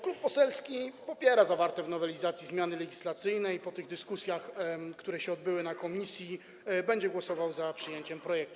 Klub poselski popiera zawarte w nowelizacji zmiany legislacyjne i po tych dyskusjach, które się odbyły w komisji, będzie głosował za przyjęciem projektu.